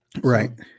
Right